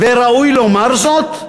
וראוי לומר זאת.